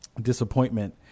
disappointment